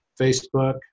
Facebook